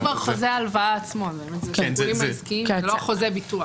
זה כבר חוזה ההלוואה עצמו, זה לא חוזה הביטוח.